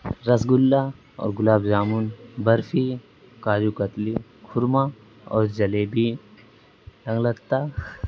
رس گلہ اور گلاب جامن برفی کاجو کتلی خورمہ اور جلیبی لونگ لتا